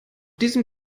diesem